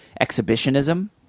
exhibitionism